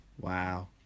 Wow